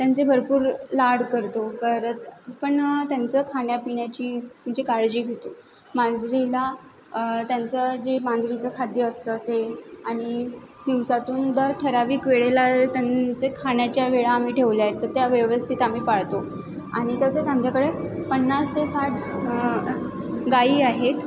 त्यांचे भरपूर लाड करतो परत पण त्यांचं खाण्यापिण्याची म्हणजे काळजी घेतो मांजरीला त्यांचं जे मांजरीचं खाद्य असतं ते आणि दिवसातून दर ठराविक वेळेला त्यांचे खाण्याच्या वेळा आम्ही ठेवल्यात तर त्या व्यवस्थित आम्ही पाळतो आणि तसेच आमच्याकडे पन्नास ते साठ गायी आहेत